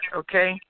okay